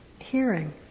hearing